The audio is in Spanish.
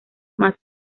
más